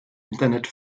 internet